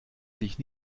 sich